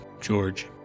George